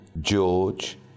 George